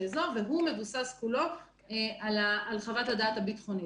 אזור והוא מבוסס כולו על חוות הדעת הביטחונית.